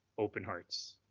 open hearts.